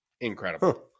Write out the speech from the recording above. incredible